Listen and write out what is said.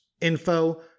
info